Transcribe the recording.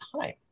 time